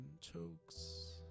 chokes